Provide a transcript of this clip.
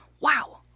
Wow